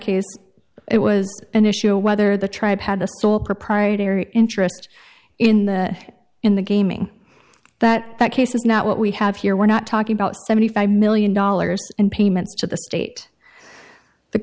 case it was an issue of whether the tribe had a sole proprietary interest in the in the gaming that that case is not what we have here we're not talking about seventy five million dollars in payments to the state